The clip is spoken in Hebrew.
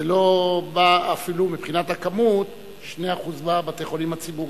זה לא בא אפילו מבחינת הכמות ל-2% בבתי-החולים הציבוריים.